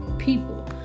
People